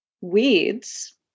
weeds